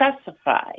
specify